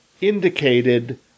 indicated